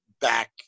back